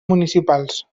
municipals